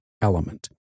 element